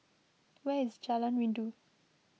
where is Jalan Rindu